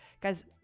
Guys